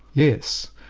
yes.